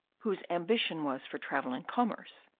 whose ambition was for travel and commerce,